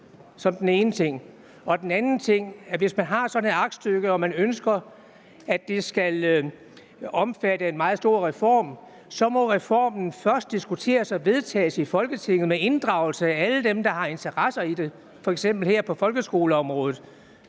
som den ene ting. Som den anden ting vil jeg sige, at hvis man har sådan et aktstykke og man ønsker, at det skal omfatte en meget stor reform, må reformen først blive diskuteret og vedtaget i Folketinget med inddragelse af alle dem, der har interesse i det, f.eks. her på folkeskoleområdet.